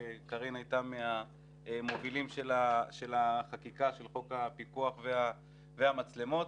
כשקרין היתה בין המובילים של חוק הפיקוח והמצלמות.